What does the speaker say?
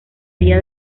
vía